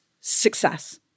success